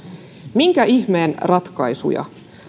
mitä ihmeen ratkaisuja